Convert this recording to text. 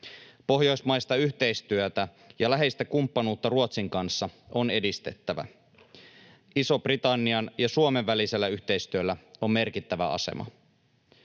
Pohjoismaista yhteistyötä ja läheistä kumppanuutta Ruotsin kanssa on edistettävä. Ison-Britannian ja Suomen välisellä yhteistyöllä on merkittävä asema.